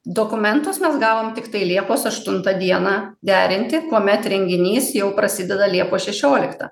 dokumentus mes gavom tiktai liepos aštuntą dieną derinti kuomet renginys jau prasideda liepos šešioliktą